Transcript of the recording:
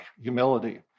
humility